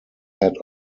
head